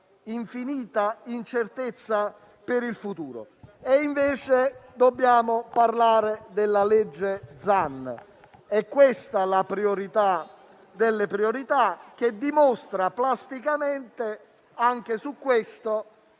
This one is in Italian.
infinita incertezza per il futuro. Dobbiamo parlare invece della legge Zan: è questa la priorità delle priorità, che dimostra plasticamente, anche su questo,